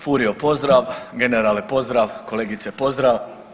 Furio pozdrav, generale pozdrav, kolegice pozdrav.